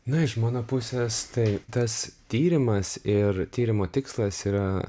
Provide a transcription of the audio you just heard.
na iš mano pusės tai tas tyrimas ir tyrimo tikslas yra